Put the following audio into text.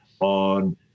on